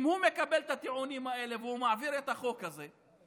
אם הוא מקבל את הטיעונים האלה והוא מעביר את החוק הזה,